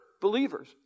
believers